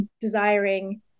desiring